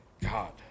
God